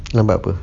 lambat apa